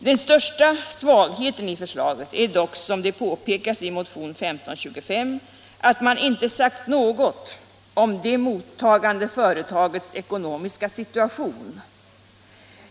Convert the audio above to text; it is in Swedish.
Den största svagheten i förslaget är dock, som det påpekas i motionen 1525, att man inte har sagt något om de mottagande företagens ekonomiska situation.